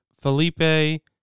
Felipe